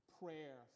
prayer